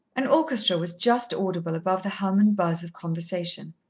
an orchestra was just audible above the hum and buzz of conversation.